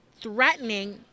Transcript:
threatening